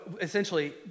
essentially